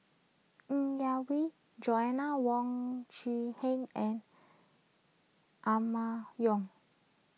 Ng Yak Whee Joanna Wong Quee Heng and Emma Yong